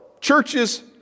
churches